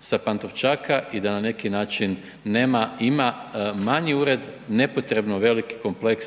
sa Pantovčaka i da na neki način nema, ima manji ured nepotrebno veliki kompleks